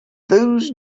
those